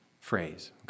phrase